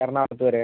എറണാകുളത്ത് വരെ